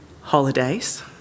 holidays